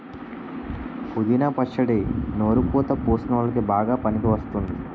పుదీనా పచ్చడి నోరు పుతా వున్ల్లోకి బాగా పనికివస్తుంది